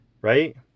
right